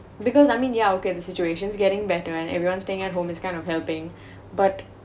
because I mean yeah okay the situation's getting better and everyone staying at home is kind of helping but